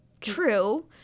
true